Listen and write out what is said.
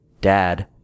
dad